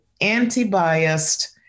anti-biased